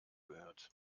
gehört